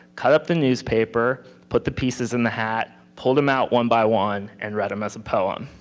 cut up the newspaper, put the pieces in the hat, pulled them out one by one and read them as a poem.